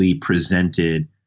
presented